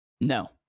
No